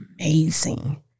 amazing